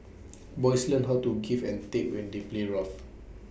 boys learn how to give and take when they play rough